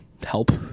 Help